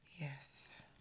Yes